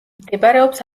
მდებარეობს